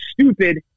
stupid